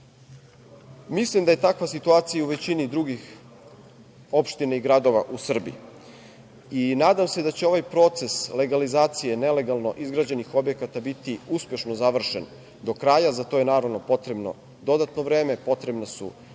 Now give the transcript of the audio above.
da je takva situacija u većini drugih opština i gradova u Srbiji. Nadam se da će ovaj proces legalizacije nelegalno izgrađenih objekata biti uspešno završen do kraja. Za to je, naravno, potrebno dodatno vreme, potrebna su